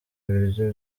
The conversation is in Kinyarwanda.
ibiryo